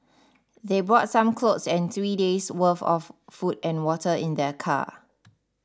they brought some clothes and three days' worth of food and water in their car